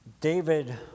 David